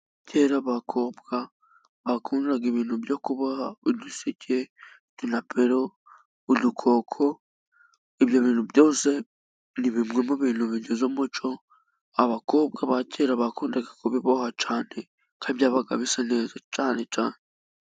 Kera abakobwa bakundaga ibintu byo kuboha uduseke, napelo, udukoko ,ibyo bintu byose ni bimwe mu bintu bigize umuco. Abakobwa ba kera bakundaga kubiboha cyane kandi byabaga bisa neza cyane cyane.